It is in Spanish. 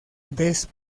vez